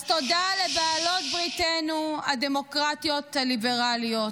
אז תודה לבעלות בריתנו הדמוקרטיות הליברליות,